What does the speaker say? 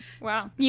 Wow